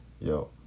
yo